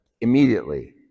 immediately